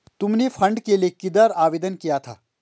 तुमने फंड के लिए किधर आवेदन किया था?